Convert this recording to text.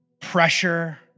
pressure